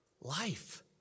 life